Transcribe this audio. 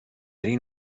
این